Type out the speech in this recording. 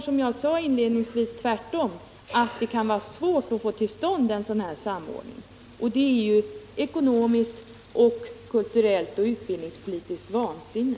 Som jag inledningsvis sade står där tvärtom att det kan vara svårt att få en sådan samordning till stånd. Det är ju ett ekonomiskt, kulturellt och utbildningspolitiskt vansinne.